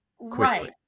Right